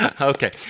Okay